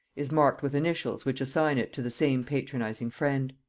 is marked with initials which assign it to the same patronizing friend.